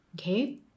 Okay